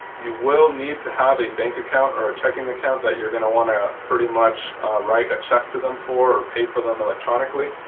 you will need to have a bank account or a checking account that you're gonna want to pretty much write a check to them for or pay for them electronically.